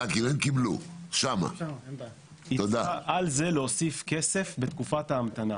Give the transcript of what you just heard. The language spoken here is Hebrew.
היא צריכה על זה להוסיף כסף בתקופת ההמתנה.